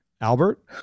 Albert